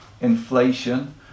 inflation